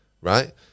right